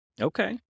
Okay